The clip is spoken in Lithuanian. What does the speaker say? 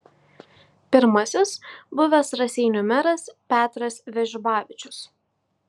pirmasis buvęs raseinių meras petras vežbavičius